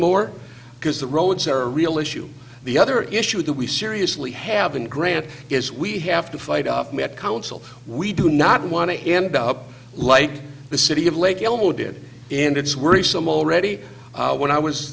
more because the roads are a real issue the other issue is that we seriously have been grant is we have to fight off me at council we do not want to end up like the city of lake elmo did and it's worrisome already when i was